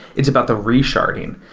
it's about the re-sharding,